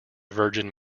virgin